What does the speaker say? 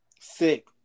Sick